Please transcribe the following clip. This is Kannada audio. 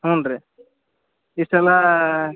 ಹ್ಞೂ ರೀ ಇಷ್ಟೆಲ್ಲ